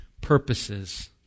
purposes